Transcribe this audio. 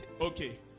Okay